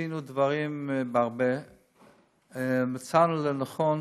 עשינו הרבה דברים ומצאנו לנכון